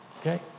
Okay